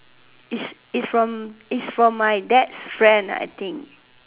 is is from is from my dad's friend I think